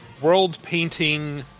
world-painting